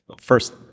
First